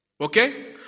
Okay